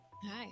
Hi